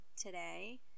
today